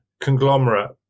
conglomerate